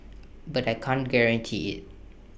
but I can't guarantee IT